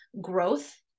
growth